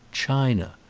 china.